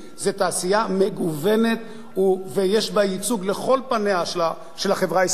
זו תעשייה מגוונת ויש בה ייצוג לכל פניה של החברה הישראלית.